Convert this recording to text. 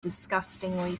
disgustingly